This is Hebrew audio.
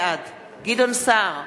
בעד גדעון סער,